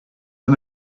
pas